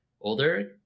older